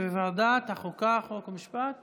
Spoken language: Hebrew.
לוועדת חוקה חוק ומשפט